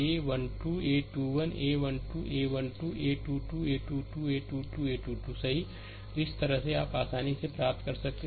A 1 2 a 1 2 a 1 2 a 1 2और a 2 2 a 2 2 a 2 2 a 2 2 सही तो इस तरह से आप आसानी से प्राप्त कर सकते हैं